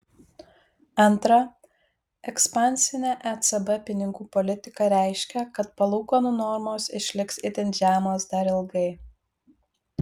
antra ekspansinė ecb pinigų politika reiškia kad palūkanų normos išliks itin žemos dar ilgai